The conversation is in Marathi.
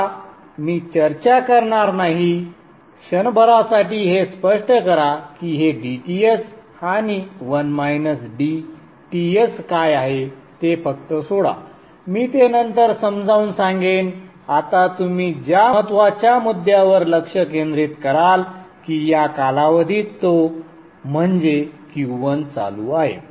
आत्ता मी चर्चा करणार नाही क्षणभरासाठी हे स्पष्ट करा की हे dTs आणि 1 - dTs काय आहे ते फक्त सोडा मी ते नंतर समजावून सांगेन आता तुम्ही ज्या महत्त्वाच्या मुद्द्यावर लक्ष केंद्रित कराल की या कालावधीत तो म्हणजे Q1 चालू आहे